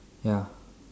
ya